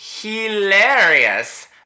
Hilarious